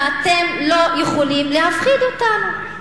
ואתם לא יכולים להפחיד אותנו.